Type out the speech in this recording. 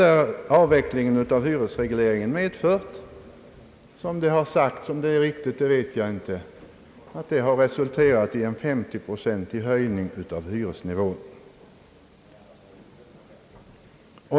Det har sagts — om det är riktigt vet jag inte — att avvecklingen av hyresregleringen där har resulterat i en 50-procentig höjning av hyresnivån.